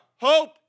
hope